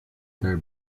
dar